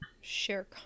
share